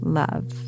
love